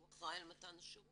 שהוא אחראי על מתן השירות.